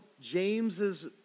James's